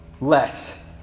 less